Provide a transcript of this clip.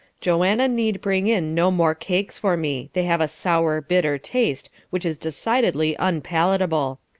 joanna need bring in no more cakes for me they have a sour, bitter taste which is decidedly unpalatable.